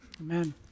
Amen